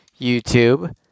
YouTube